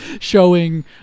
Showing